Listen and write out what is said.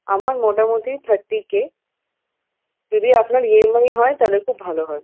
আমার মোটামুটি thirty K যদি আপনার ইএমআই হয় তাহলে খুব ভালো হয়